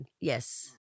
Yes